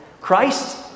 Christ